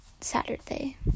Saturday